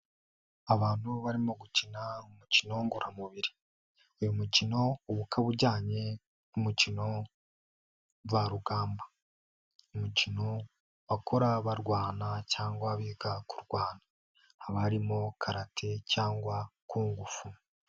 Abantu barimo gukina umukino ngororamubiri, uyu mukino ukaba ujyanye n'umukino njyarugamba, umukino bakora barwana cyangwa biga kurwana, haba harimo karate cyangwa ku ngufu.